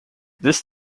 this